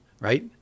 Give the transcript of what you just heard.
right